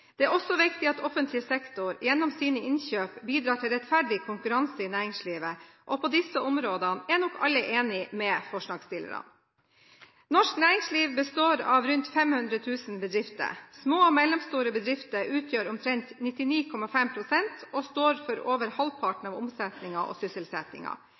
Det er også viktig at offentlig sektor gjennom sine innkjøp bidrar til rettferdig konkurranse i næringslivet, og på disse områdene er nok alle enig med forslagsstillerne. Norsk næringsliv består av rundt 500 000 bedrifter. Små og mellomstore bedrifter utgjør omtrent 99,5 pst. og står for over halvparten av omsetningen og